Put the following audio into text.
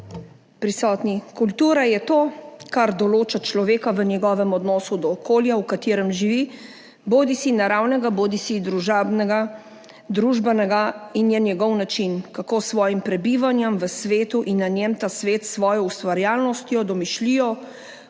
prisotni! Kultura je to, kar določa človeka v njegovem odnosu do okolja, v katerem živi, bodisi naravnega bodisi družbenega, in je njegov način, kako s svojim prebivanjem v svetu in na njem ta svet s svojo ustvarjalnostjo, domišljijo,